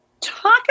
Talk